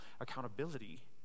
accountability